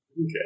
Okay